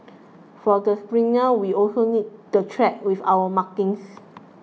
for the sprinters we also need the track with our markings